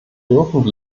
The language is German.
dürfen